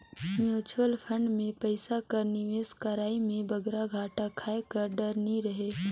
mutual fund में पइसा कर निवेस करई में बगरा घाटा खाए कर डर नी रहें